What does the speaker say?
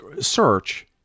search